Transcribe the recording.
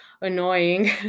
annoying